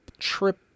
Trip